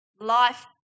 life